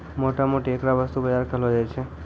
मोटा मोटी ऐकरा वस्तु बाजार कहलो जाय छै